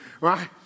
right